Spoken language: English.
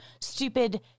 stupid